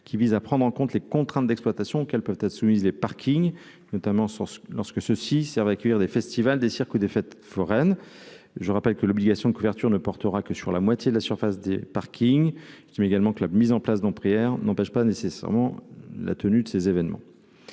qui visent à prendre en compte les contraintes d'exploitation qu'elles peuvent être soumises les parkings notamment sur lorsque ceux-ci Servent accueillir des festivals, des circuits des fêtes foraines, je rappelle que l'obligation de couverture ne portera que sur la moitié de la surface des parkings qui met également que la mise en place dans prière n'empêche pas nécessairement la tenue de ces événements,